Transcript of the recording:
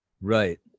Right